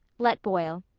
let boil.